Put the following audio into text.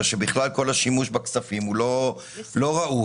שבכלל לא השימוש בכספים הוא לא ראוי.